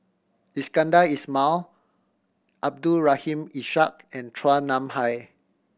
Iskandar Ismail Abdul Rahim Ishak and Chua Nam Hai